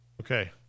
Okay